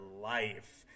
life